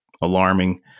alarming